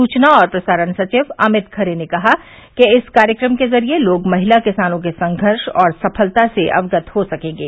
सूचना और प्रसारण सचिव अमित खरे ने कहा कि इस कार्यक्रम के ज़रिये लोग महिला किसानों के संघर्ष और सफलता से अवगत हो सकेंगे